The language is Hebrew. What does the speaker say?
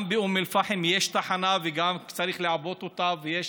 גם, באום אל-פחם יש תחנה וצריך לעבות אותה, ויש